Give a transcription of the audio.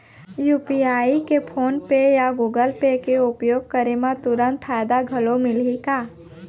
UPI के PhonePe या Google Pay के उपयोग करे म तुरंत फायदा घलो मिलही का?